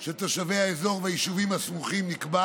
של תושבי האזור והיישובים הסמוכים נקבע